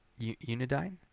Unidine